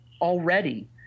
Already